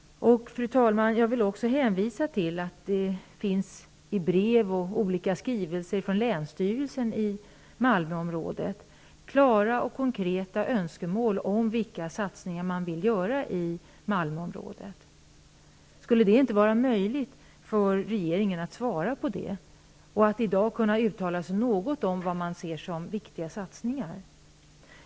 Fru talman! Jag vill också hänvisa till att det i brev och olika skrivelser från länsstyrelsen i Malmöområdet finns klara och konkreta önskemål om vilka satsningar man vill göra i området. Skulle det inte vara möjligt för regeringen att i dag uttala sig något om vad man ser som viktiga satsningar.